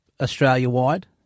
Australia-wide